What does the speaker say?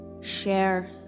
share